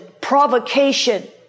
provocation